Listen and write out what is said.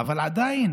עדיין